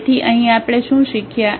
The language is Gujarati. તેથી અહીં આપણે શું શીખ્યા